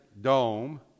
dome